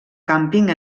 càmping